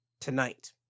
tonight